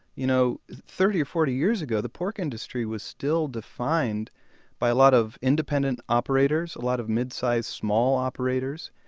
you know thirty or forty years ago, the pork industry was still defined by a lot of independent operators, a lot of midsize small operators.